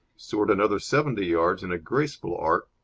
soared another seventy yards in a graceful arc,